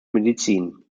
medizin